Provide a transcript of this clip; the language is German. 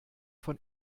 von